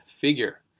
figure